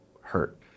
hurt